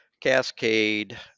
Cascade